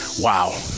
wow